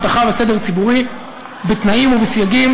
אבטחה וסדר ציבורי בתנאים ובסייגים